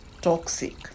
toxic